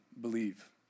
believe